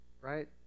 right